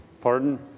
pardon